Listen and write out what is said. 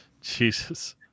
Jesus